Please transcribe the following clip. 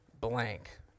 Blank